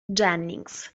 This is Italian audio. jennings